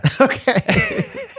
Okay